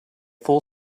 full